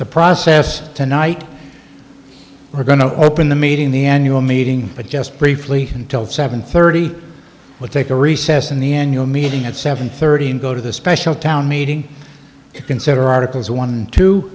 the process tonight we're going to open the meeting the annual meeting but just briefly until seven thirty we'll take a recess in the end you're meeting at seven thirty and go to the special town meeting consider articles one t